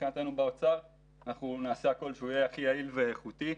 מבחינתנו באוצר נעשה הכול כדי שהוא יהיה יעיל ואיכותי.